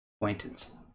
acquaintance